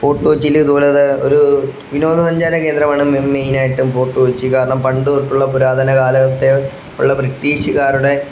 fort കൊച്ചിയില് ഇതുപോലെ തന്നെ ഒരു വിനോദസഞ്ചാര കേന്ദ്രമാണ് മെയിനായിട്ടും ഫോർട്ട് കൊച്ചി കാരണം പണ്ട് തൊട്ടുള്ള പുരാതനകാലത്തെ ഉള്ള ബ്രിട്ടീഷുകാരുടെ